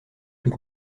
plus